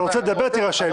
אתה רוצה לדבר, תירשם.